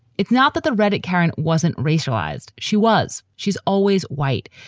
it's not that the redit karen wasn't racialized. she was. she's always white,